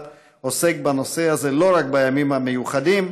עוסק בנושא הזה לא רק בימים המיוחדים,